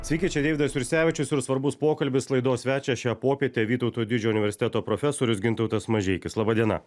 sveiki čia deividas jursevičius ir svarbus pokalbis laidos svečias šią popietę vytauto didžiojo universiteto profesorius gintautas mažeikis laba diena